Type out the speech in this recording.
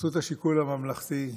תעשו את השיקול הממלכתי,